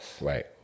Right